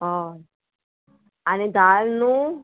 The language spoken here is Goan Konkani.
हय आनी दाल न्हू